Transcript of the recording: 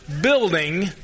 building